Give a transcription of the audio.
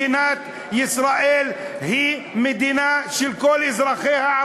מדינת ישראל היא מדינה של כל אזרחיה,